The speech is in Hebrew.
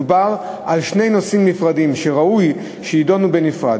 מדובר על שני נושאים נפרדים שראוי שיידונו בנפרד.